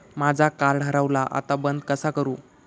माझा कार्ड हरवला आता बंद कसा करू?